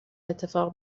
اتفاق